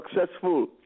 successful